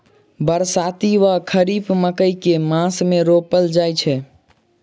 बरसाती वा खरीफ मकई केँ मास मे रोपल जाय छैय?